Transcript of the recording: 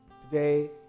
Today